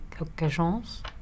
occasions